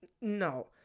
no